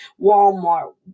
Walmart